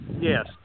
Yes